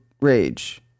Rage